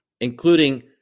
including